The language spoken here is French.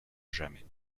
jamais